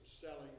selling